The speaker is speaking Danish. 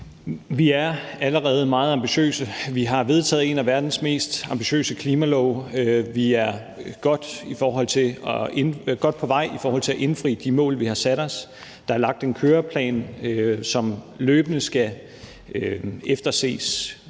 Vi er allerede meget ambitiøse. Vi har vedtaget en af verdens mest ambitiøse klimalove. Vi er godt på vej i forhold til at indfri de mål, vi har sat os. Der er lagt en køreplan, som løbende skal efterses